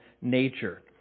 nature